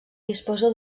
disposa